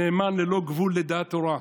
נאמן ללא גבול לדעת תורה,